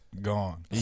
gone